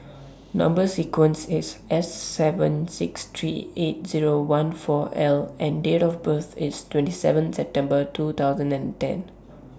Number sequence IS S seven six three eight Zero one four L and Date of birth IS twenty seven September two thousand and ten